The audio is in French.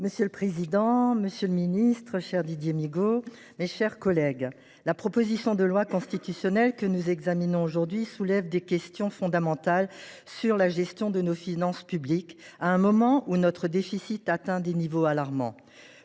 Monsieur le président, monsieur le garde des sceaux, mes chers collègues, la proposition de loi constitutionnelle que nous examinons aujourd’hui soulève des questions fondamentales sur la gestion de nos finances publiques, à un moment où notre déficit atteint des niveaux alarmants.